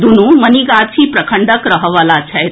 दुनू मनीगाछी प्रखंडक रहएवला छथि